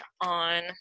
on